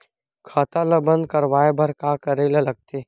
खाता ला बंद करवाय बार का करे ला लगथे?